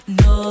no